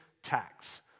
tax